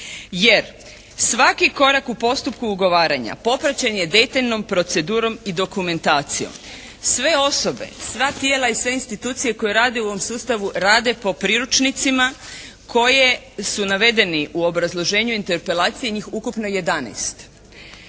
jer svaki korak u postupku ugovaranja popraćen je detaljnom procedurom i dokumentacijom. Sve osobe, sva tijela i sve institucije koje rade u ovom sustavu rade po priručnicima koje su navedeni u obrazloženju interpelacije, njih ukupno 11.